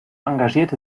engagierte